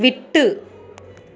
விட்டு